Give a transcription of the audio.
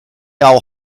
all